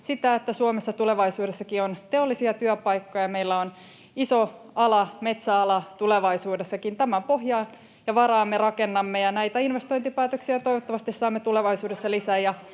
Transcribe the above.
että Suomessa tulevaisuudessakin on teollisia työpaikkoja, meillä on iso ala, metsäala, tulevaisuudessakin. Tämän pohjaan ja varaan me rakennamme. Näitä investointipäätöksiä toivottavasti saamme tulevaisuudessa lisää,